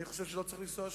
אני חושב שלא צריך לנסוע שם,